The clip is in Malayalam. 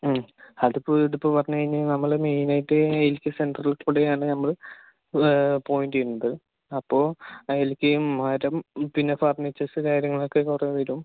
മ് അതിപ്പോൾ ഇതിപ്പോൾ പറഞ്ഞ് കഴിഞ്ഞാൽ നമ്മള് മെയിനായിട്ട് ഇപ്പം സെന്ററിൽ കൂടിയാണ് നമ്മള് പോയിന്റ് ചെയ്യുന്നത് അപ്പോൾ അല്ലെങ്കിൽ മരം പിന്നെ ഫർണിച്ചേഴ്സ് കാര്യങ്ങളൊക്കെ കുറെ വരും